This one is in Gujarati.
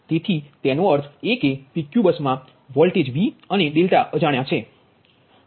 તેથી તેનો અર્થ એ કે PQ બસમાં V અને અજાણ્યા છે